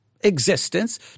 existence